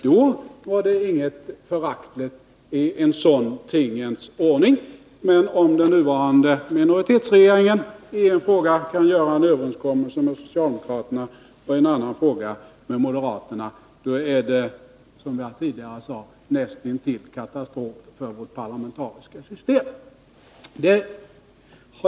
Då var det inget föraktligt i en sådan tingens ordning, men om den nuvarande minoritetsregeringen i en fråga kan göra en överenskommelse med socialdemokraterna och i en annan fråga en överenskommelse med moderaterna, då anses det, som jag tidigare sade, vara näst intill katastrof för vårt parlamentariska system.